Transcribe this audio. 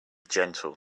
gentle